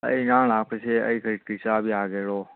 ꯑꯩ ꯉꯔꯥꯡ ꯂꯥꯛꯄꯁꯦ ꯑꯩꯁꯦ ꯀꯔꯤ ꯆꯥꯕ ꯌꯥꯒꯦꯔꯣ